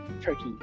turkey